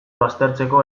baztertzeko